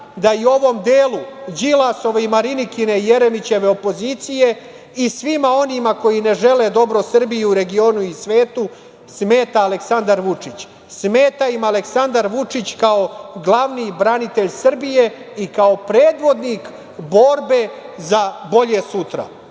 i u ovom delu Đilasove i Marinikine, Jeremićeve opozicije i svima onima koji ne žele dobro Srbiji u regionu i svetu smeta Aleksandar Vučić, smeta im Aleksandar Vučić kao glavni branitelj Srbije i kao predvodnik borbe za bolje sutra,